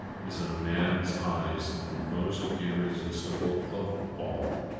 is in a man's eyes the most irresistible of all.